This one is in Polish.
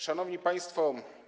Szanowni Państwo!